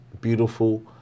beautiful